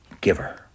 giver